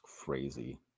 crazy